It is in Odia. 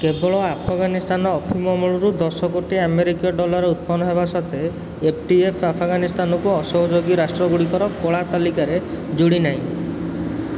କେବଳ ଆଫଗାନିସ୍ତାନୀ ଅଫିମ ଅମଳରୁ ଦଶ କୋଟି ଆମେରିକୀୟ ଡଲାର୍ ଉତ୍ପନ୍ନ ହେବା ସତ୍ତ୍ୱେ ଏଫ୍ ଟି ଏଫ୍ ଆଫଗାନିସ୍ତାନକୁ ଅସହଯୋଗୀ ରାଷ୍ଟ୍ରଗୁଡ଼ିକର କଳା ତାଲିକାରେ ଯୋଡ଼ି ନାହିଁ